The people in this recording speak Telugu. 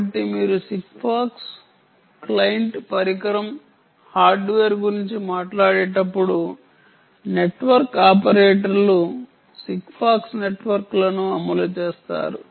కాబట్టి మీరు సిగ్ఫాక్స్ క్లయింట్ పరికరం హార్డ్వేర్ గురించి మాట్లాడేటప్పుడు నెట్వర్క్ ఆపరేటర్లు సిగ్ఫాక్స్ నెట్వర్క్లను అమలు చేస్తారు